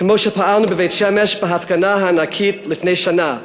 כמו שפעלנו בבית-שמש בהפגנה הענקית לפני שנה,